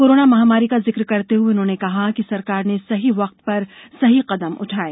corona महामारी का जिक्र करते हुए उन्होंने कहा सरकार ने सही वक्त पर सही कदम उठाये